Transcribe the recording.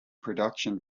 production